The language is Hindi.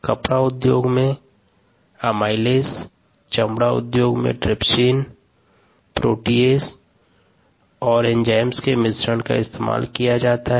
कपड़ा उद्योग में एमाइलेज चमड़ा उद्योग में ट्रिप्सिन प्रोटीयेज और एंजाइम्स के मिश्रण का इस्तेमाल किया जाता है